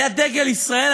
היה דגל ישראל,